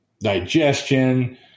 digestion